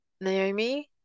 naomi